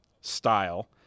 style